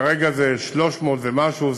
כרגע זה 300 ומשהו.